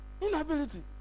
Inability